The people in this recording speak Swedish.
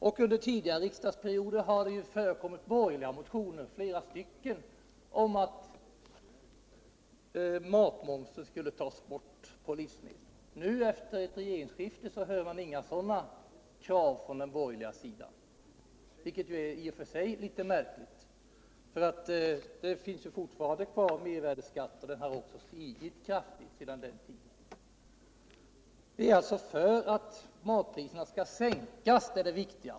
Och under tidigare riksdagsperioder har det ju förekommit borgerliga motioner — flera stycken — om att matmomsen skulle tas bort på livsmedel. Nu, efter regeringsskiftet, hör man inga sådana krav från den borgerliga sidan, vilket i och för sig är litet märkligt, för mervärdeskatten finns ju fortfarande kvar och hart.o.m. stigit kraftigt. Det viktiga är alltså att matpriserna skall sänkas.